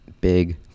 big